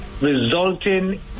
resulting